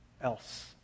else